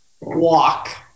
walk